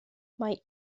mae